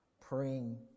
praying